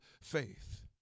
faith